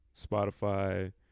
Spotify